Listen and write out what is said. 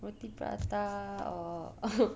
roti prata or